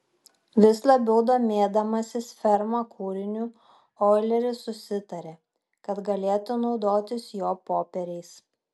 vis labiau domėdamasis ferma kūriniu oileris susitarė kad galėtų naudotis jo popieriais